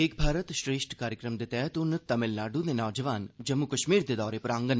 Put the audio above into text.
एक भारत श्रेष्ठ भारत कार्यक्रम दे तैह्त हून तमिलनाडु दे नौजवान जम्मू कश्मीर दे दौरे पर औडन